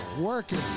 Working